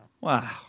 Wow